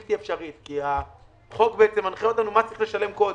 בלתי אפשרית כי החוק מנחה אותנו מה צריך לשלם קודם.